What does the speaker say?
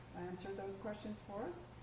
answer those questions for us.